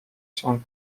się